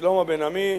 שלמה בן-עמי,